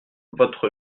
votre